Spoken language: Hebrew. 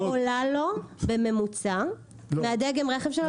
שעולה לו בממוצע מהדגם רכב שלו השתנה.